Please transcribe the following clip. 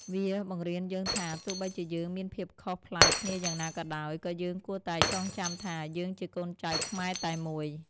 វាបង្រៀនយើងថា ទោះបីជាយើងមានភាពខុសប្លែកគ្នាយ៉ាងណាក៏ដោយ ក៏យើងគួរតែចងចាំថា យើងជាកូនចៅខ្មែរតែមួយ។